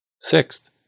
Sixth